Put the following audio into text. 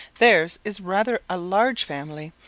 theirs is rather a large family,